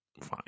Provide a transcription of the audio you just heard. fine